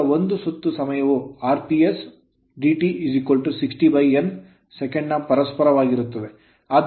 ಈಗ ಒಂದು ಸುತ್ತು ಸಮಯವು rps R PS dt 60 N second ನ ಪರಸ್ಪರ ವಾಗಿರುತ್ತದೆ